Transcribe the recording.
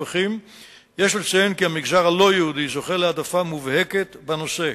יש לציין כי המגזר הלא-יהודי זוכה להעדפה מובהקת בנושא.